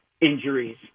injuries